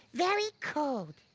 very cold.